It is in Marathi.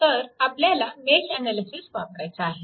तर आपल्याला मेश अनालिसिस वापरायचा आहे